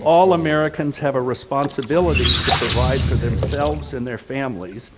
all americans have a responsibility to provide for themselves and their families,